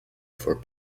for